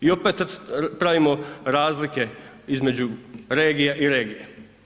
I opet pravimo razlike između regije i regije.